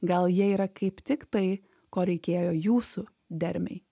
gal jie yra kaip tik tai ko reikėjo jūsų dermei